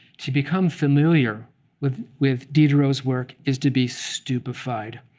to become familiar with with diderot's work is to be stupefied.